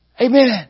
Amen